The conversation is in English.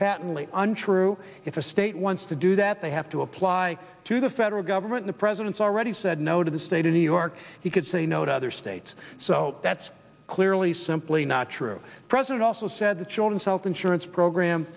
patently untrue if a state wants to do that they have to apply to the federal government the president's already said no to the state of new york he could say no to other states so that's clearly simply not true president also said the children's health insurance program